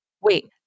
Wait